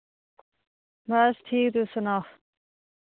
बस ठीक तुस सनाओ